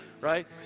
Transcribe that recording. Right